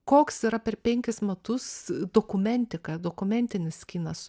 koks yra per penkis metus dokumentika dokumentinis kinas